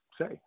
say